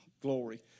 glory